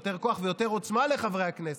יותר כוח ויותר עוצמה לחברי הכנסת,